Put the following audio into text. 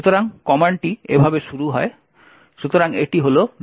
সুতরাং কমান্ড এভাবে শুরু হয়